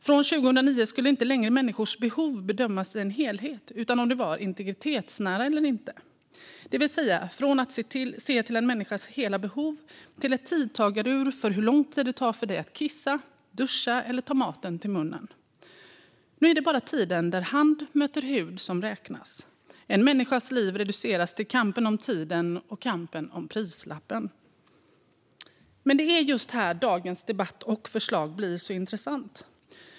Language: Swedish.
Från 2009 skulle människors behov inte längre bedömas som en helhet utan om behovet var integritetsnära eller inte, det vill säga från att se till människans hela behov till ett tidtagarur för hur lång tid det tar att kissa, duscha eller ta maten till munnen. Nu är det bara tiden när hand möter hud som räknas. En människas liv reduceras till kampen om tiden och kampen om prislappen. Det är just här dagens debatt och förslag blir intressant.